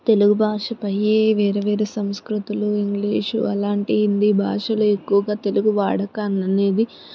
తెలుగు భాషపై ఏ వేర్వేరు సంస్కృతులు ఇంగ్లీషు అలాంటి హిందీ భాషలు ఎక్కువగా తెలుగు వాడకాన్ని అనేది